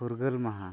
ᱯᱷᱩᱨᱜᱟᱹᱞ ᱢᱟᱦᱟ